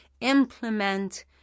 implement